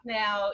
now